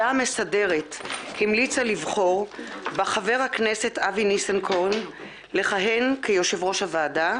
יש הצעה לבחור בחבר הכנסת אבי ניסנקורן לכהן כיושב-ראש הוועדה,